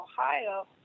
ohio